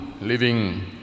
living